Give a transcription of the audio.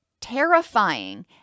terrifying